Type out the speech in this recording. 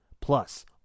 Plus